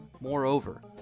Moreover